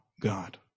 God